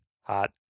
Hot